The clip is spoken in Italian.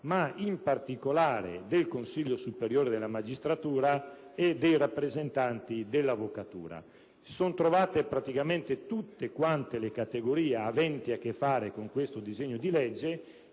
ma, in particolare, del Consiglio superiore della magistratura e dei rappresentanti dell'avvocatura. Praticamente, tutte le categorie aventi a che fare con questo disegno di legge